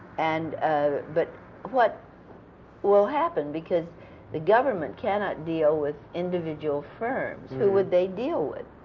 and but what will happen? because the government cannot deal with individual firms. who would they deal with?